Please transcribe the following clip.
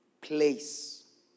place